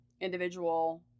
individual